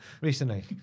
recently